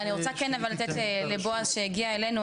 רגע, אני רוצה כן אבל לתת לבועז שהגיע אלינו.